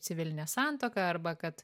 civilinė santuoka arba kad